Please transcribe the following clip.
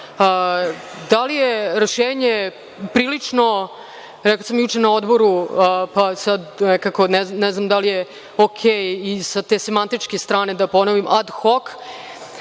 Da li je rešenje prilično, rekla sam juče na Odboru, ne znam da li je okej i sa te simantičke strane, da ponovim, ad hok?